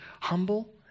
humble